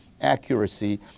accuracy